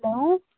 hello